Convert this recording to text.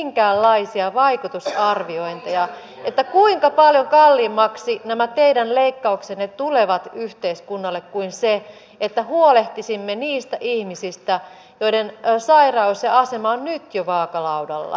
minkäänlaisia vaikutusarviointeja siitä kuinka paljon kalliimmaksi nämä teidän leikkauksenne tulevat yhteiskunnalle kuin se että peruskoulujen oppimateriaalien nykyaikaistamiseksi on opetus ja asemaan nyt jo vaakalaudalla